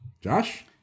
Josh